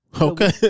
Okay